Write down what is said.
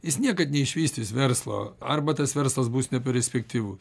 jis niekad neišvystys verslo arba tas verslas bus neperspektyvus